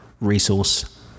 resource